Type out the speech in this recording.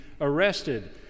arrested